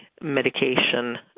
medication